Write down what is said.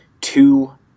two